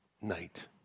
night